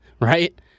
right